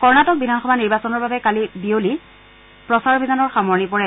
কৰ্ণাটক বিধানসভা নিৰ্বাচনৰ বাবে কালি বিয়লি প্ৰচাৰ অভিযানৰ সামৰণি পৰে